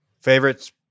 Favorites